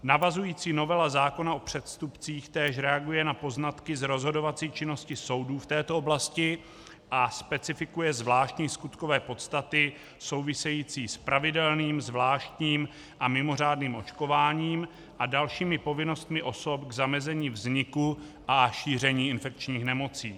Navazující novela zákona o přestupcích též reaguje na poznatky z rozhodovací činnosti soudů v této oblasti a specifikuje zvláštní skutkové podstaty související s pravidelným, zvláštním a mimořádným očkováním a dalšími povinnostmi osob k zamezení vzniku a šíření infekčních nemocí.